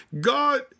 God